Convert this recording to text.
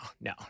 no